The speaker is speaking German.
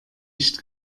nicht